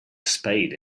spade